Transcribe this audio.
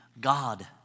God